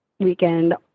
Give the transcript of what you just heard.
Weekend